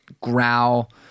growl